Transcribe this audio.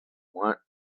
want